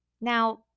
Now